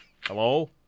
Hello